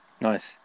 Nice